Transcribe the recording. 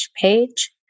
page